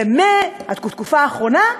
ומהתקופה האחרונה,